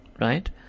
right